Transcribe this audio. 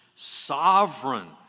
Sovereign